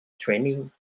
training